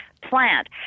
plant